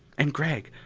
and gregg,